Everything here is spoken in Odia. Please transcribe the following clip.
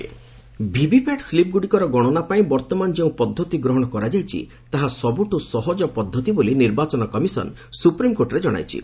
ଇସି ଭିଭିପାଟ୍ ଭିଭିପାଟ୍ ସ୍ଲିପ୍ ଗୁଡିକର ଗଣନା ପାଇଁ ବର୍ତ୍ତମାନ ଯେଉଁ ପଦ୍ଧତି ଗ୍ରହଣ କରାଯାଇଛି ତାହା ସବୁଠୁ ସହଜ ପଦ୍ଧତି ବୋଲି ନିର୍ବାଚନ କମିଶନ ସୁପ୍ରିମକୋର୍ଟରେ ଜଣାଇଛି